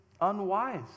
unwise